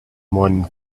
morning